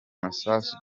masasu